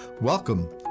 Welcome